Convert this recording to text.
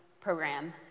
program